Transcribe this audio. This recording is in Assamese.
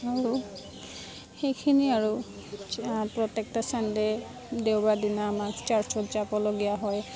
আৰু সেইখিনি আৰু প্ৰত্যেকটা ছানডে' দেওবাৰ দিনা আমাৰ চাৰ্চত যাবলগীয়া হয়